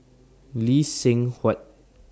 Lee Seng Huat